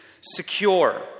secure